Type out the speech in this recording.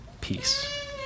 peace